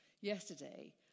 yesterday